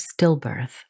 stillbirth